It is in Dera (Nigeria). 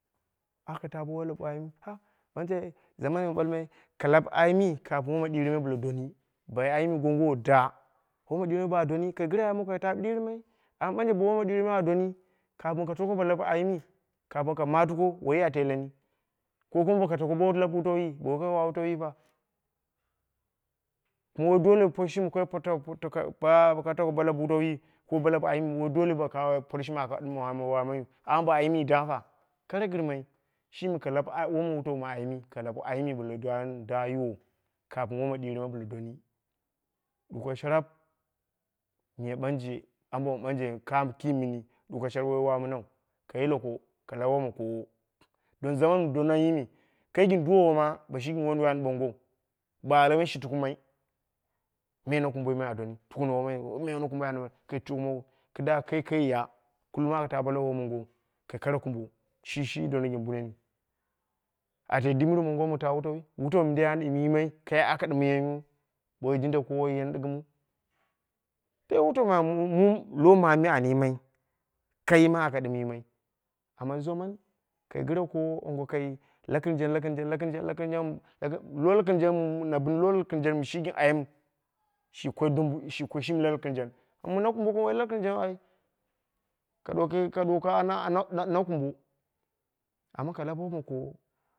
Aka ta bo wole ko ayimu, ha ɓanje zaman mɨ wun ɓalmai ka lab ayimi kafin woma ɗirmai bɨla donni. Bo woi ayimi gongowo da woma ɗirmai ba donni ka gɨre ayimi ta ɗirmai. Ɓanje woma ɗirma ba doni kapin koi tako ka lab ayimi, kapinm ka matiko woiyi a teleni ko kuma boko tako bo lau teleni ko kuma boko tako bo lau wutawi bo woi ka wa wutawi fa woi dole por shimi kai porta porta kai ba boko tako bo lau wutawi ko bo lab ayimi woio dole ba ka por shimi aka wai ayimiu amma bo ayimi da fa, kara gɨrmai shimi ka lab ah wom wutau ma ayim bila dan da yiwo kamin woma ɗirima bɨla donni. Duko sharap miya ɓanje ambo ka ki mɨni ɗuko sharap woi wa mɨnau, ka yileko ka lau woma koowo, don zaman mɨ donmnai me kai gɨn duwowo ma bo shi gɨn wonduwoi waani ɓoongou. Ba alwe shi tukumai, me nakumboi me a donni tukuna woiyi me kai tukuno kɨdda kai kai ya kullum aka taa bo lau womongou kai kara kumbo shi shi donni ɣin bunne, a tai dimbɨri mongo ma ta wutauwi wutau mindei an yimai kai waka yimani, yu bo woi jinda koowoi yona ɗɨgɨmu dai wutau ma mu lomami an yimai kaima aka ɗɨm yimai amma zaman ka gɨre koowo anga kai lakɨrjen lakɨrjen lakɨrjen lakɨrjen lo lakɨrjen na bɨn lolakɨrjen mɨ shi gɨn ayim, shi ko dumbo shimi lakɨrjen amma nakumbo kuma woi shi lakɨrjenu ai, ka ɗuwoko na kumbo amma la lab woma koowo.